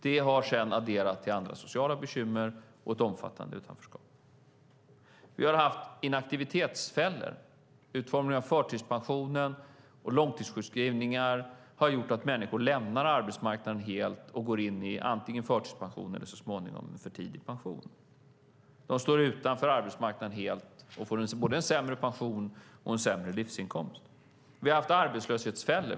Det har sedan adderat till andra sociala bekymmer och ett omfattande utanförskap. Vi har haft inaktivitetsfällor. Utformningen av förtidspensionen och långtidssjukskrivningar har gjort att människor lämnar arbetsmarknaden helt och går in i antingen förtidspension eller så småningom för tidig pension. De står helt utanför arbetsmarknaden och får både en sämre pension och en sämre livsinkomst. Vi har haft arbetslöshetsfällor.